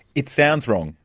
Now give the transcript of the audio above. it sounds wrong.